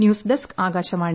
news desk Akashvani